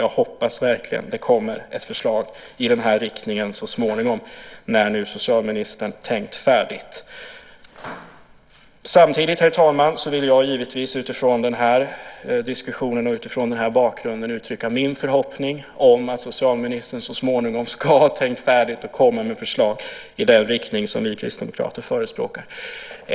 Jag hoppas verkligen att det kommer ett förslag i den här riktningen när socialministern tänkt färdigt. Samtidigt vill jag utifrån den här diskussionen uttrycka min förhoppning om att socialministern så småningom ska ha tänkt färdigt och kommer med förslag i den riktning som vi kristdemokrater förespråkar.